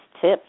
Tips